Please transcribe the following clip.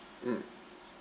mm